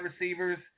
receivers